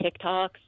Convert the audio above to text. TikToks